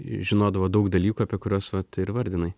žinodavo daug dalykų apie kuriuos vat ir vardinai